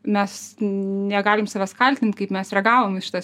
mes negalim savęs kaltint kaip mes reagavom į šitą